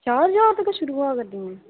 चार ज्हार तक्कर शुरू होआ करदी